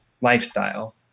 lifestyle